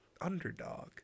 underdog